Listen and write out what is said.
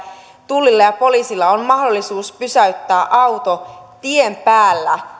tullilla ja poliisilla on mahdollisuus pysäyttää auto tien päällä